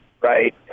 Right